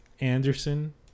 Anderson